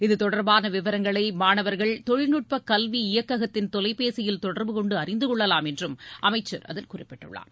இது தொடர்பான விவரங்களை மாணவர்கள் தொழில்நுட்ப கல்வி இயக்ககத்தின் தொலைபேசியில் தொடர்பு கொண்டு அறிந்து கொள்ளலாம் என்று அமைச்சர் அதில் குறிப்பிட்டுள்ளார்